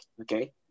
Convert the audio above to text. Okay